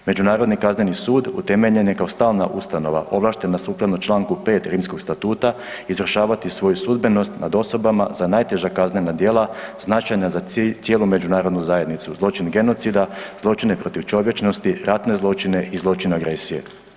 Međunarodni kazneni sud utemeljen je kao stalna ustanova ovlaštena sukladno članku 5. Rimskog statuta izvršavati svoju sudbenost nad osobama za najteža kaznena djela značajna za cijelu međunarodnu zajednicu zločin genocida, zločine protiv čovječnosti, ratne zločine i zločin agresije.